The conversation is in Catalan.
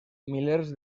milers